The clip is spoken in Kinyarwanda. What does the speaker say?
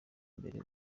imbere